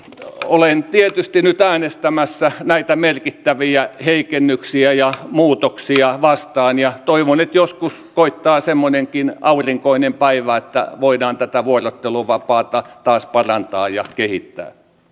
olen tietysti nyt äänestämässä näitä merkittäviä heikennyksiä ja muutoksia vastaan ja toivon että joskus koittaa semmoinenkin aurinkoinen päivä että voidaan tätä vuorotteluvapaata taas parantaa ja kehittää